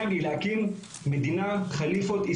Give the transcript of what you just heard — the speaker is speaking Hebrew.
אני מקבל תלונות כול הזמן מתושבים.